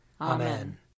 Amen